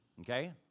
Okay